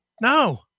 No